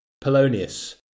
Polonius